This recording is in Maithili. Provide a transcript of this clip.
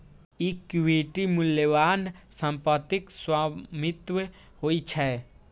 इक्विटी मूल्यवान संपत्तिक स्वामित्व होइ छै